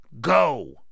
Go